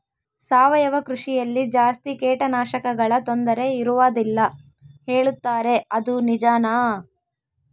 ಸಾವಯವ ಕೃಷಿಯಲ್ಲಿ ಜಾಸ್ತಿ ಕೇಟನಾಶಕಗಳ ತೊಂದರೆ ಇರುವದಿಲ್ಲ ಹೇಳುತ್ತಾರೆ ಅದು ನಿಜಾನಾ?